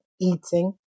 eating